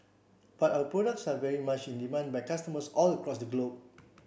but our products are very much in demand by customers all across the globe